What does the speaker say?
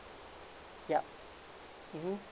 yup mmhmm